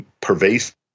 pervasive